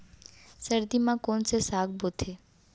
सर्दी मा कोन से साग बोथे?